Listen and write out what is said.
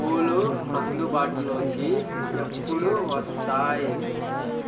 పూలు అందుబాటులోకి ఎప్పుడు వస్తాయి